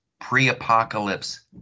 pre-apocalypse